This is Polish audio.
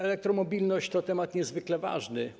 Elektromobilność to temat niezwykle ważny.